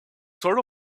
sort